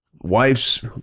wife's